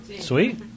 Sweet